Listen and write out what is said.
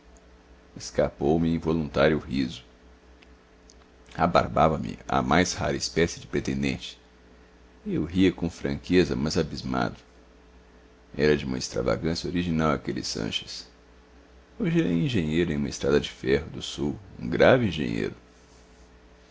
repetiu escapou me involuntário o riso abarbava me a mais rara espécie de pretendente eu ria com franqueza mas abismado era de uma extravagância original aquele sanches hoje ele é engenheiro em uma estrada de ferro do sul um grave engenheiro